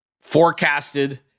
forecasted